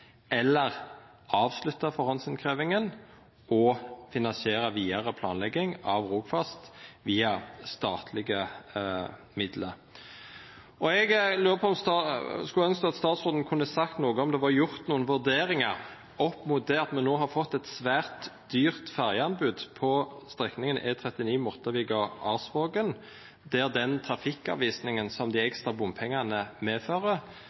eller avslutta førehandsinnkrevjinga og finansiera vidare planlegging av Rogfast via statlege midlar. Eg skulle ønskt at statsråden kunne sagt noko om kor vidt det er gjort nokon vurderingar knytt til det at me no har fått eit svært dyrt ferjeanbod på strekninga E39 Mortavika–Arsvågen, der den trafikkavvisinga som dei ekstra bompengane medfører,